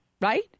Right